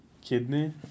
kidney